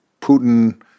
Putin